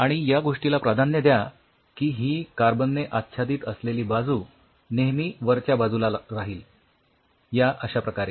आणि या गोष्टीला प्राधान्य द्या की ही कार्बनने आच्छादित असलेली बाजू नेहमी वरच्या बाजूला राहील या अश्याप्रकारे